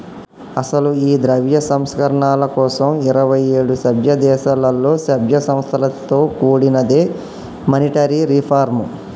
అసలు ఈ ద్రవ్య సంస్కరణల కోసం ఇరువైఏడు సభ్య దేశాలలో సభ్య సంస్థలతో కూడినదే మానిటరీ రిఫార్మ్